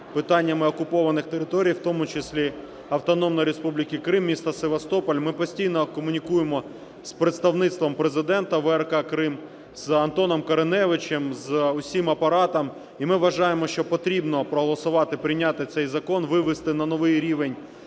питаннями окупованих територій, в тому числі Автономної Республіки Крим, міста Севастополя, ми постійно комунікуємо з Представництвом Президента в "ВРК-Крим" з Антоном Кориневичем, з усім апаратом. І ми вважаємо, що потрібно проголосувати, прийняти цей закон, вивести на новий рівень